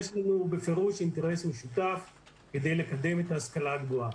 יש לנו בפירוש אינטרס משותף כדי לקדם את ההשכלה הגבוהה.